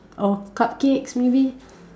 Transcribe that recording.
or cupcakes maybe